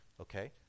okay